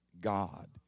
God